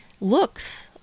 looks